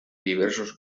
diversos